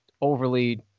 overly